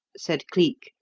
said cleek,